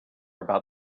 about